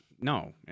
no